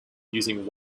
using